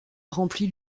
remplit